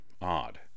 odd